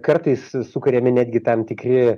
kartais sukuriami netgi tam tikri